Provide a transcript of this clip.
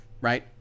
right